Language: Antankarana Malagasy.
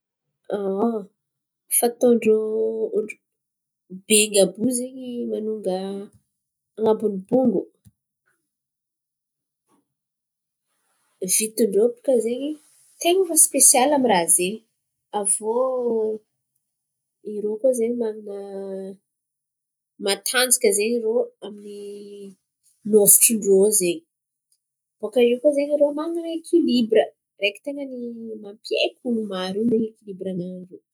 Aon fataon-drô bengy àby io zen̈y manonga an̈abony bongo. Vitin-drô baka zen̈y tain̈a fa sipesialy amy raha zen̈y. Avô irô Koa zen̈y man̈ana matanjaka zen̈y rô amin’ny nofotron-drô ao zen̈y. Bòakaio irô manan̈a ekilibra, araiky tain̈a ny mampihaiky olo maro in̈y zen̈y ekilibra-nany io.